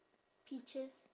peaches